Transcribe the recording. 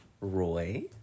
Roy